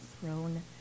throne